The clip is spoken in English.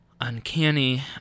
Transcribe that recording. uncanny